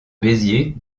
béziers